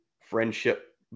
friendship